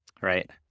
Right